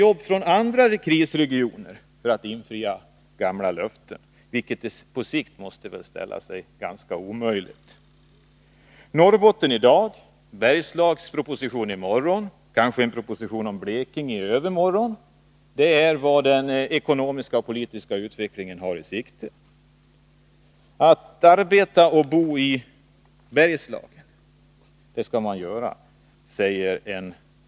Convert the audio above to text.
jobb från andra krisregioner för att infria gamla löften, vilket på sikt måste ställa sig ganska omöjligt. Norrbotten i dag, en Bergslagsproposition i morgon, kanske en proposition om Blekinge i övermorgon — det är vad den ekonomisk-politiska utvecklingen har i sikte. Man skall arbeta och bo i Bergslagen, säger en Metallutredning.